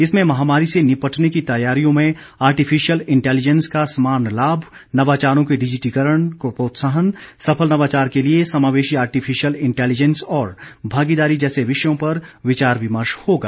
इसमें महामारी से निपटने की तैयारियों में आर्टिफिशियल इंटेलिजेंस का समान लाभ नवाचारों के डिजिटीकरण को प्रोत्साहन सफल नवाचार के लिए समावेशी आर्टिफिशियल इंटेलिजेंस और भागीदारी जैसे विषयों पर विचार विमर्श होगा